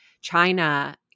China